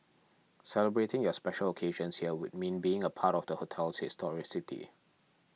celebrating your special occasions here would mean being a part of the hotel's historicity